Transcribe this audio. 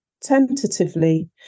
tentatively